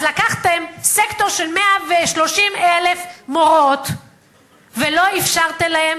אז לקחת סקטור של 130,000 מורות ולא אפשרת להם